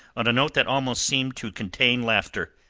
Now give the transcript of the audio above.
on a note that almost seemed to contain laughter.